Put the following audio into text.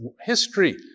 history